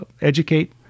educate